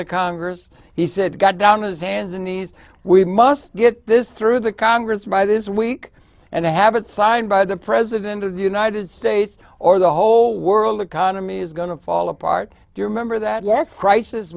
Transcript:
the congress he said got down his hands and knees we must get this through the congress by this week and i haven't signed by the president of the united states or the whole world economy is going to fall apart do you remember that